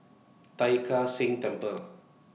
Tai Kak Seah Temple